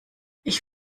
ich